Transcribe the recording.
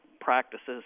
practices